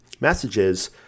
messages